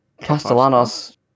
Castellanos